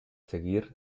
seguir